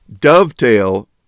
dovetail